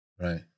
Right